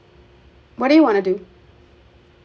what do you want to do